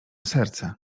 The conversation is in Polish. serce